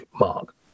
mark